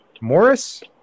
Morris